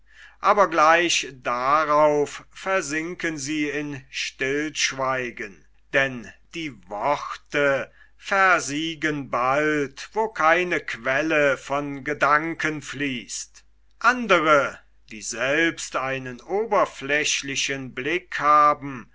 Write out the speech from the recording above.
aber gleich darauf versinken sie in stillschweigen denn die worte versiegen bald wo keine quelle von gedanken fließt andre die selbst einen oberflächlichen blick haben